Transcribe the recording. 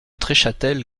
treschâtel